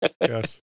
Yes